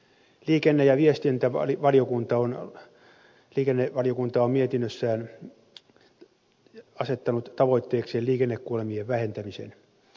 liikenne ja viestintävaliokunta on mietinnössään asettanut tavoitteekseen liikennekuolemien vähentämisen